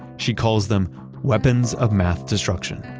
she calls them weapons of math destruction.